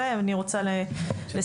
אני רוצה לסכם.